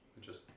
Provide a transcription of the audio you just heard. Just-